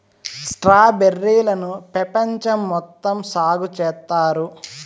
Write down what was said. strawberry లను పెపంచం మొత్తం సాగు చేత్తారు